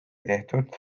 tehtud